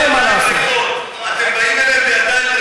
זה שאתה תצעק את זה שוב, זה לא ישנה את